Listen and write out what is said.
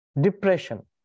Depression